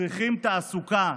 צריכים תעסוקה,